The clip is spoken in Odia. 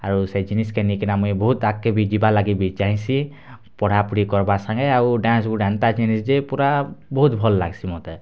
ଆରୁ ସେ ଜିନିଷ୍ କେ ନେଇଁକିନା ମୁଇଁ ବହୁତ୍ ଆଗ୍କେ ବି ଯିବାର୍ ଲାଗିଁ ବି ଚାହେଁସି ପଢ଼ାପଢ଼ି କର୍ବାର୍ ସାଙ୍ଗେ ଆଉ ଡ଼୍ୟାନ୍ସ ଗୁଟେ ଏନ୍ତା ଜିନିଷ୍ ଯେ ପୁରା ବହୁତ୍ ଭଲ୍ ଲାଗ୍ସି ମତେ